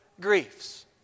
griefs